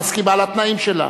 את מסכימה לתנאים שלה?